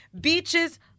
Beaches